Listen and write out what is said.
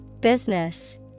Business